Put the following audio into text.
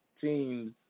teams